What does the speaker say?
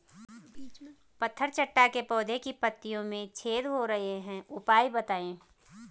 पत्थर चट्टा के पौधें की पत्तियों में छेद हो रहे हैं उपाय बताएं?